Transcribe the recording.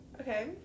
okay